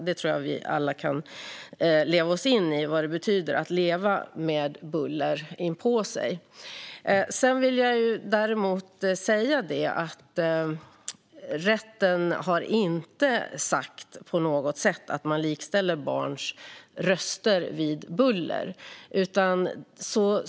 Jag tror att vi alla kan sätta oss in i vad det betyder att leva med buller inpå sig. Jag vill dock säga att rätten inte på något sätt har sagt att man likställer barns röster med buller.